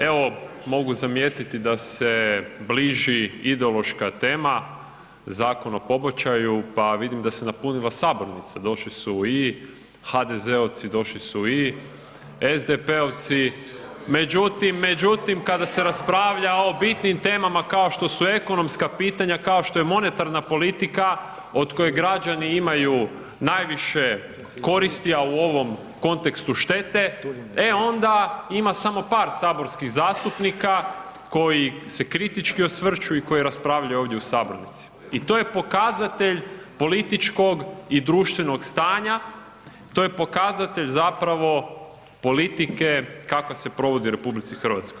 Evo, mogu zamijetiti da se bliži ideološka tema, Zakon o pobačaju, pa vidim da se napunila sabornica, došli su i HDZ-ovci, došli su i SDP-ovci, međutim, međutim kada se raspravlja o bitnim temama kao što su ekonomska pitanja, kao što je monetarna politika od koje građani imaju najviše koristi, a u ovom kontekstu štete, e onda ima samo par saborskih zastupnika koji se kritički osvrću i koji raspravljaju ovdje u sabornici i to je pokazatelj političkog i društvenog stanja, to je pokazatelj zapravo politike kakva se provodi u RH.